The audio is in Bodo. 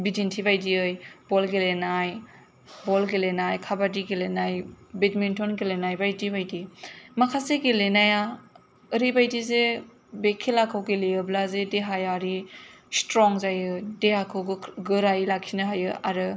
बिदिन्थि बायदियै बल गेलेनाय खाबादि गेलेनाय बेटमिन्टन गेलेनाय बायदि बायदि माखासे गेलेनाया ओरैबायदि जे बे खेलाखौ गेलेयोब्ला जे देहायारि स्ट्रं जायो देहाखौ गोख्रों गोरायै लाखिनो हायो आरो